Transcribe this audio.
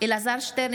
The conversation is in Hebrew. אלעזר שטרן,